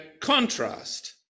contrast